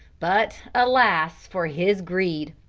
but alas, for his greed!